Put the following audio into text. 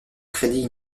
crédit